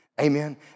Amen